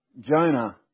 Jonah